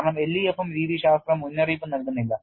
കാരണം LEFM രീതിശാസ്ത്രം മുന്നറിയിപ്പ് നൽകുന്നില്ല